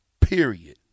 Period